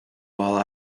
while